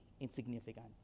insignificant